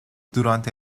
durante